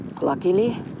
luckily